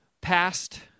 past